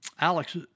Alex